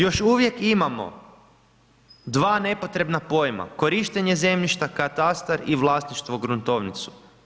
Još uvijek imamo 2 nepotrebna pojma, korištenje zemljišta, katastar i vlasništvo gruntovnicu.